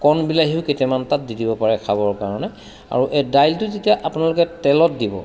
কণ বিলাহীও কেইটামান তাত দি দিব পাৰে খাবৰ কাৰণে আৰু এই দাইলটো যেতিয়া আপোনালোকে তেলত দিব